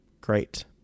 Great